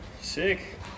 Sick